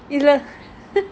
இதுலே:ithule